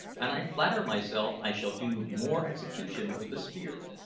and i flatter myself i shall do more execution with a spear.